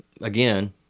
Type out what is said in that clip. again